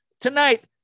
Tonight